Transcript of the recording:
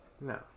No